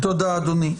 תודה אדוני.